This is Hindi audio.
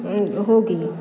होगी